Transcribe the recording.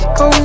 go